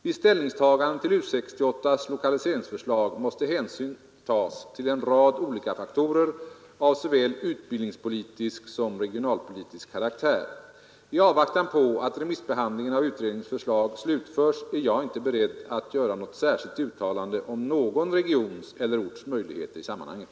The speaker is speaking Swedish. Vid ställningstaganden till U 68:s lokaliseringsförslag måste hänsyn tas till en rad olika faktorer av såväl utbildningspolitisk som regionalpolitisk karaktär. I avvaktan på att remissbehandlingen av utredningens förslag slutförs är jag inte beredd att göra något särskilt uttalande om någon regions eller orts möjligheter i sammanhanget.